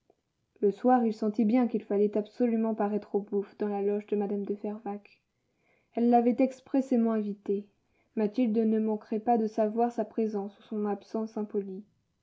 le soir il sentit bien qu'il fallait absolument paraître aux bouffes dans la loge de mme de fervaques elle l'avait expressément invité mathilde ne manquerait pas de savoir sa présence ou son absence impolie